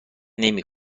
نمی